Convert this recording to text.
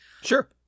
sure